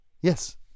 Yes